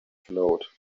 float